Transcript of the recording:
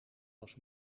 was